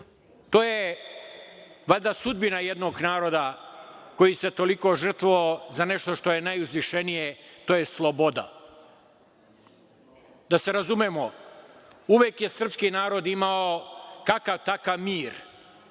To je valjda sudbina jednog naroda koji se toliko žrtvovao za nešto što je najuzvišenije. To je sloboda. Da se razumemo, uvek je srpski narod imao kakav takav mir,